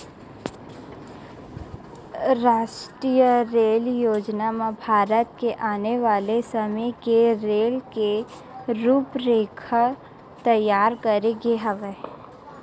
रास्टीय रेल योजना म भारत के आने वाले समे के रेल के रूपरेखा तइयार करे गे हवय